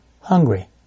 hungry